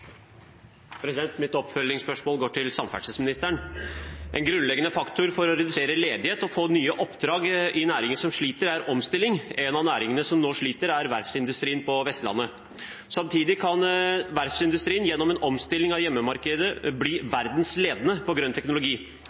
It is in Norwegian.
Mitt oppfølgingsspørsmål går til samferdselsministeren. En grunnleggende faktor for å redusere ledighet og få nye oppdrag i næringer som sliter, er omstilling. En av næringene som nå sliter, er verftsindustrien på Vestlandet. Samtidig kan verftsindustrien gjennom en omstilling av hjemmemarkedet bli verdensledende på grønn teknologi.